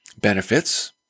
benefits